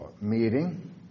meeting